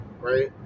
right